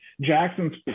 Jackson's